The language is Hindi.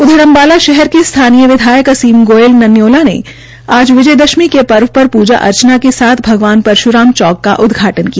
उधर अम्बाला शहर के स्थानीय विधायक असीम गोयल नन्यौला ने आज विजय दशमी दशमी के पर्व पर पूजा अर्चना के साथ भगवान परशुराम चौक का उदघाटन किया